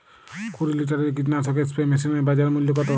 কুরি লিটারের কীটনাশক স্প্রে মেশিনের বাজার মূল্য কতো?